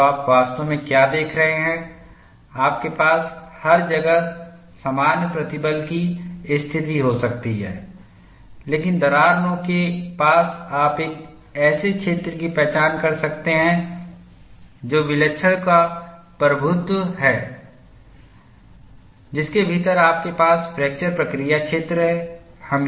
तो आप वास्तव में क्या देख रहे हैं आपके पास हर जगह सामान्य प्रतिबल की स्थिति हो सकती है लेकिन दरार नोक के पास आप एक ऐसे क्षेत्र की पहचान कर सकते हैं जो विलक्षण का प्रभुत्व है जिसके भीतर आपके पास फ्रैक्चर प्रक्रिया क्षेत्र है